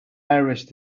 irish